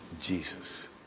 Jesus